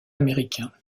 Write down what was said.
américain